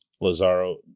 Lazaro